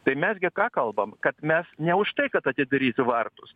tai mes gi ką kalbam kad mes ne už tai kad atidaryti vartus